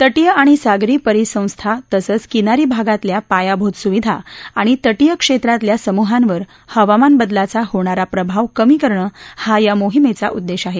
तर्पीय आणि सागरी परिसंस्था तसंच किनारी भागातल्या पायाभूत सुविधा आणि तर्पीय क्षेत्रातल्या समूहांवर हवामान बदलाचा होणारा प्रभाव कमी करणं हा या मोहिमेचा उद्देश आहे